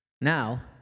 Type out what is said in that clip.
Now